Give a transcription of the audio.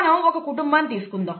మనం ఒక కుటుంబాన్ని తీసుకుందాం